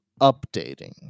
Updating